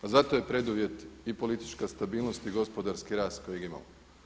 Pa za to je preduvjet i politička stabilnost i gospodarski rast kojeg imamo.